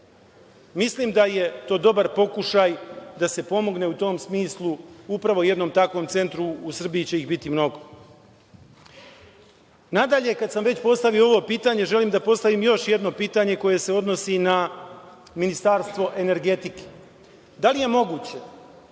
Mislim da je to dobar pokušaj da se pomogne u tom smislu upravo jednom takvom centru, a u Srbiji će ih biti mnogo. Nadalje, kada sam već postavio ovo pitanje, želim da postavim još jedno pitanje koje se odnosi na Ministarstvo energetike. Da li je moguće